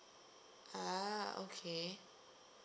ah okay